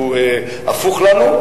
הפוך לנו,